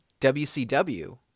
WCW